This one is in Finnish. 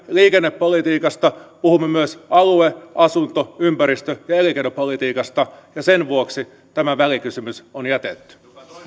liikennepolitiikasta puhumme myös alue asunto ympäristö ja elinkeinopolitiikasta ja sen vuoksi tämä välikysymys on jätetty